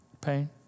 pain